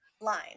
line